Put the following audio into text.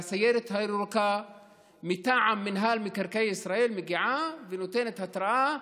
והסיירת הירוקה מטעם מינהל מקרקעי ישראל מגיעה ונותנת התראה: